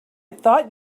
thought